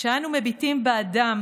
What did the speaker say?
כשאנו מביטים באדם